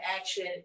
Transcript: action